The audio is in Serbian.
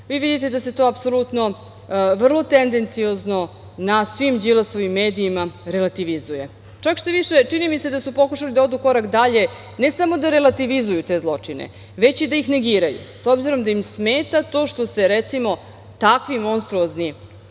vi vidite da se to apsolutno vrlo tendenciozno na svim Đilasovim medijima relativizuje. Čak šta-više, čini mi se da su pokušali da odu korak dalje, ne samo da relativizuju te zločine, već da ih negiraju s obzirom da im smeta to što se, recimo, takve monstruozne